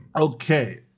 Okay